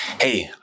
hey